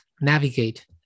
navigate